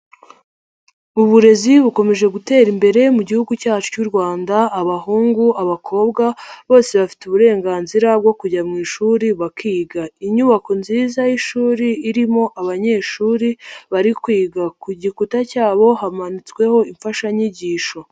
Uburezi bukomeje gutera imbere gihugu cyacu cy'u Rwanda, abahungu, abakobwa bose bafite uburenganzira bwo kujya mu ishuri bakiga, inyubako nziza y'ishuri irimo abanyeshuri bari kwiga, ku gikuta cyabo hamanitsweho imfashanyigisho.